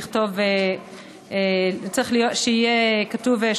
צריך שיהיה כתוב,